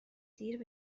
دیر